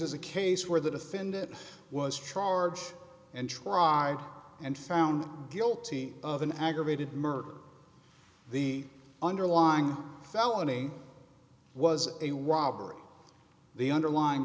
is a case where the defendant was charged and tried and found guilty of an aggravated murder the underlying felony was a robbery the underlyin